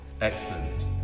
Excellent